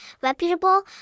reputable